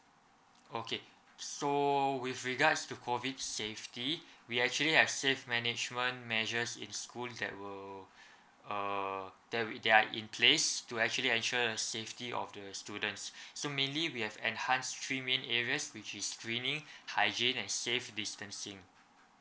okay so with regards to COVID safety we actually have safe management measures in schools that will uh there that are in place to actually ensure the safety of the students so mainly we have enhance three main areas which is training hygiene and safe distancing